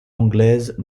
anglaise